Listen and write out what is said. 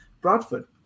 Bradford